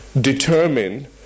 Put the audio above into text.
determine